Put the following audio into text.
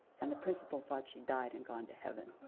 and the principal thought she'd died and gone to heaven.